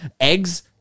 eggs